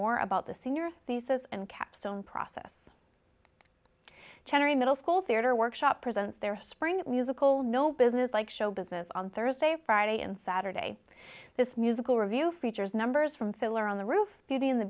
more about the senior thesis and capstone process chattery middle school theatre workshop presents their spring musical no business like show business on thursday friday and saturday this musical review features numbers from filler on the roof